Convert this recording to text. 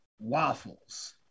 waffles